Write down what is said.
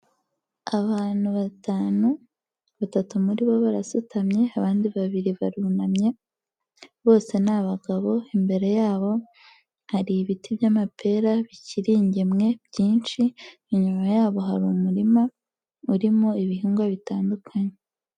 Abantu batanu, batatu muri bo barasutamye, abandi babiri barunamye, bose ni abagabo imbere yabo hari ibiti by'amapera bikiri ingemwe byinshi, inyuma yabo hari umurima urimo ibihingwa bitandukanye.